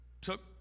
took